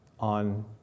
on